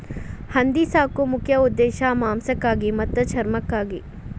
ಹಂದಿ ಸಾಕು ಮುಖ್ಯ ಉದ್ದೇಶಾ ಮಾಂಸಕ್ಕಾಗಿ ಮತ್ತ ಚರ್ಮಕ್ಕಾಗಿ